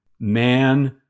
man